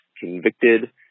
convicted